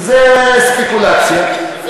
זה ספקולציה,